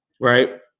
Right